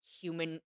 human